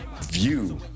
view